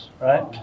right